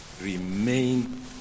remain